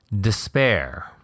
despair